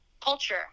culture